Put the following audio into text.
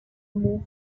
move